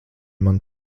man